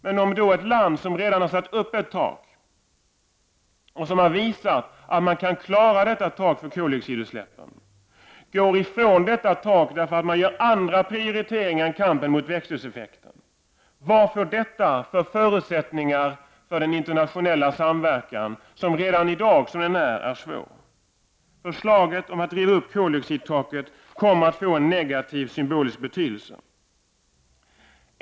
Men ett land som redan har satt upp ett tak och visat att man kan klara av att hålla detta tak för koldixoidutsläppen skulle nu gå ifrån detta tak, eftersom man prioriterar annat än kampen mot växthuseffekten. Vad ger detta för förutsättningar för en internationell samverkan, som redan i dag är svår? Förslaget om att riva upp koldioxidtaket kommer att få en negativ symbolisk betydelse.